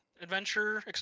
adventure